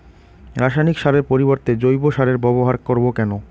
রাসায়নিক সারের পরিবর্তে জৈব সারের ব্যবহার করব কেন?